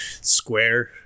Square